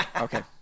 Okay